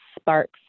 sparks